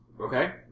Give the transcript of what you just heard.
Okay